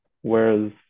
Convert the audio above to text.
whereas